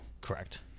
Correct